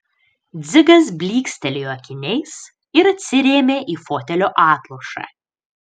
dzigas blykstelėjo akiniais ir atsirėmė į fotelio atlošą